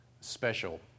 special